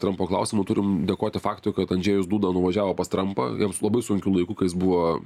trampo klausimu turim dėkoti faktui kad andžejus duda nuvažiavo pas trampą jiems labai sunkiu laiku kas jis buvo